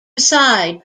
aside